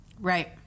Right